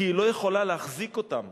כי היא לא יכולה להחזיק אותם.